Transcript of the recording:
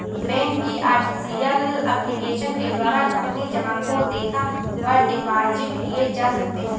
bank की official application के द्वारा अपनी जमा को देखा व डिपॉजिट किए जा सकते हैं